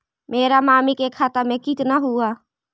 मेरा मामी के खाता में कितना हूउ?